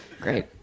Great